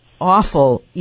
awful